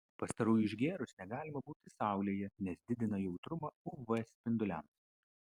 pastarųjų išgėrus negalima būti saulėje nes didina jautrumą uv spinduliams